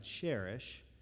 cherish